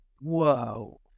whoa